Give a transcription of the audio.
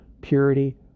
purity